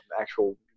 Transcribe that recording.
actual